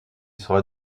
sera